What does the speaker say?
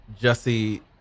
Jesse